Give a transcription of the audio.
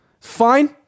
Fine